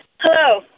hello